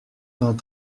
vingt